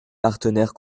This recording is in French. partenaires